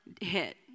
hit